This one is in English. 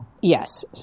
yes